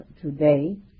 today